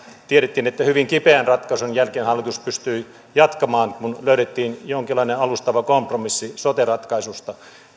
tiedettiin että hyvin kipeän ratkaisun jälkeen hallitus pystyi jatkamaan kun löydettiin jonkinlainen alustava kompromissi sote ratkaisusta